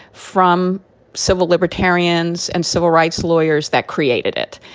from civil libertarians and civil rights lawyers that created it.